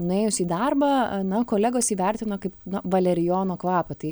nuėjus į darbą na kolegos įvertino kaip valerijono kvapą tai